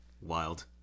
Wild